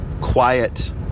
quiet